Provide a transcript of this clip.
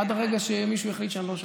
עד הרגע שמישהו יחליט שאני לא שם.